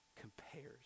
compares